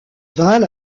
val